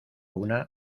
una